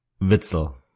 Witzel